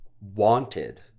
Wanted